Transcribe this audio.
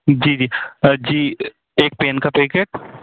जी जी जी एक पेन का पैकेट